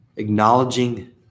Acknowledging